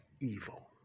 evil